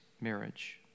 marriage